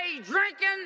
drinking